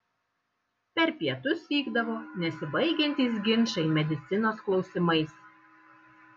per pietus vykdavo nesibaigiantys ginčai medicinos klausimais